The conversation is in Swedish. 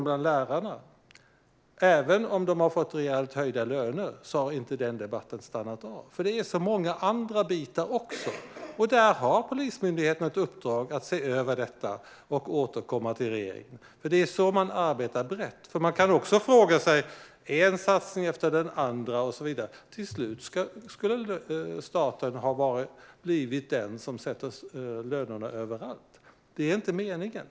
Även om deras löner har höjts rejält har debatten inte stannat av. Det finns många andra bitar också. Polismyndigheten har nu fått ett uppdrag att se över det hela och återkomma till regeringen. Det är så man arbetar brett. Man kan också fråga sig hur det skulle bli med den ena satsningen efter den andra. Till slut blir det staten som sätter lönerna överallt. Det är inte meningen.